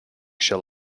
shell